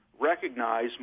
recognize